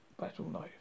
battle-knife